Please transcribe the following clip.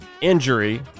injury